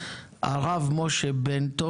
הרב משה בן טוב